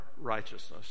righteousness